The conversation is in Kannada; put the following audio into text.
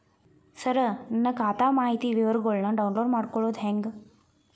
ಸರ ನನ್ನ ಖಾತಾ ಮಾಹಿತಿ ವಿವರಗೊಳ್ನ, ಡೌನ್ಲೋಡ್ ಮಾಡ್ಕೊಳೋದು ಹೆಂಗ?